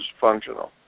functional